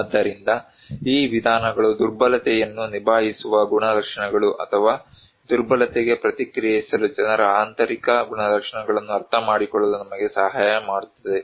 ಆದ್ದರಿಂದ ಈ ವಿಧಾನಗಳು ದುರ್ಬಲತೆಯನ್ನು ನಿಭಾಯಿಸುವ ಗುಣಲಕ್ಷಣಗಳು ಅಥವಾ ದುರ್ಬಲತೆಗೆ ಪ್ರತಿಕ್ರಿಯಿಸಲು ಜನರ ಆಂತರಿಕ ಗುಣಲಕ್ಷಣಗಳನ್ನು ಅರ್ಥಮಾಡಿಕೊಳ್ಳಲು ನಮಗೆ ಸಹಾಯ ಮಾಡುತ್ತದೆ